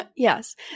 Yes